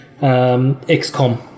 XCOM